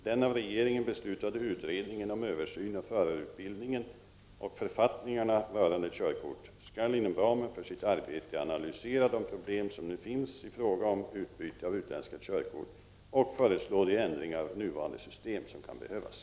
Den av regeringen beslutade utredningen om översyn av förarutbildningen och författningarna rörande körkort skall inom ramen för sitt arbete analysera de problem som nu finns i fråga om utbyte av utländska körkort och föreslå de ändringar av nuvarande system som kan behövas.